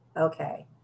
Okay